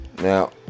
Now